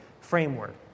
framework